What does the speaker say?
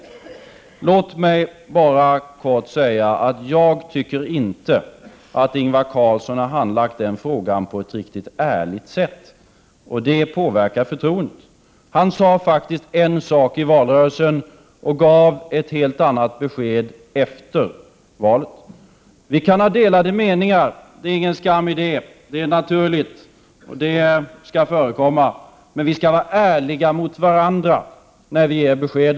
Det var bra att Bengt Westerberg tog upp det. Jag vill bara säga att jag tycker att Ingvar Carlsson inte har handlagt den frågan på ett riktigt ärligt sätt, och det påverkar förtroendet. Ingvar Carlsson sade faktiskt en sak i valrörelsen och gav ett helt annat besked efter valet. Vi kan ha delade meningar, det är ingen skam i det, det är naturligt, och det skall förekomma, men vi skall vara ärliga mot varandra när vi ger besked.